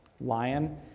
lion